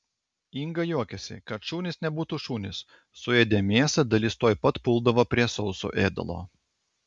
inga juokiasi kad šunys nebūtų šunys suėdę mėsą dalis tuoj pat puldavo prie sauso ėdalo